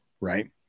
right